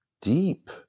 deep